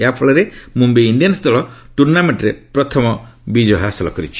ଏହା ଫଳରେ ମୁମ୍ବାଇ ଇଣ୍ଡିଆନ୍ନ ଦଳ ଟୁର୍ଣ୍ଣାମେଣ୍ଟରେ ପ୍ରଥମ ବିଜୟ ହାସଲ କରିଛି